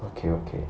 okay okay